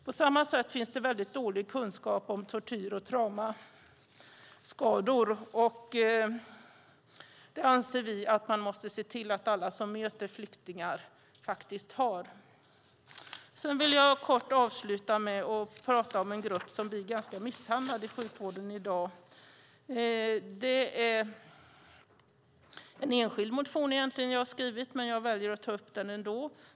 På samma sätt finns det väldigt dålig kunskap om tortyrskador. Vi anser att man måste se till att alla som möter flyktingar har denna kunskap. Jag vill avsluta med att prata om en grupp som blir ganska misshandlad i sjukvården i dag. Det är en enskild motion som jag har skrivit, men jag väljer att ta upp den ändå.